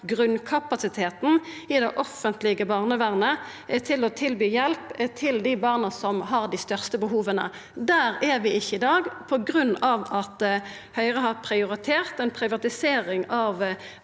grunnkapasiteten i det offentlege barnevernet til å tilby hjelp til dei barna som har dei største behova. Der er vi ikkje i dag på grunn av at Høgre, da dei styrte, prioriterte ei privatisering av